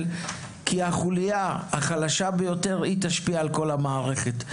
כי החוליה החלשה ביותר תשפיע על כל המערכת,